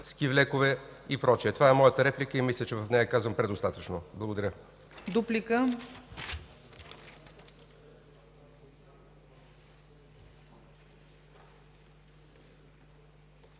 ски влекове и прочие. Това е моята реплика и мисля, че в нея казвам предостатъчно. Благодаря.